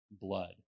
blood